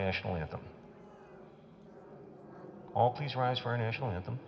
national anthem all please rise for a national anthem